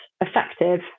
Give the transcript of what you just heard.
effective